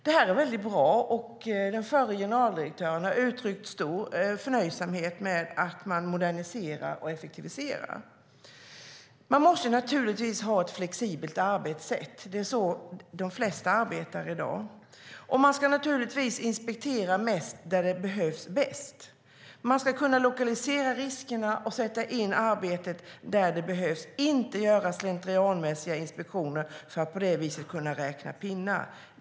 Det är bra, och den förre generaldirektören har uttryckt stor förnöjsamhet med att man moderniserar och effektiviserar. Man måste naturligtvis ha ett flexibelt arbetssätt. Det är så de flesta arbetar i dag. Och man ska givetvis inspektera mest där det behövs bäst. Man ska lokalisera riskerna och sätta in åtgärder där de behövs, inte göra slentrianmässiga inspektioner för att på det viset kunna räkna pinnar.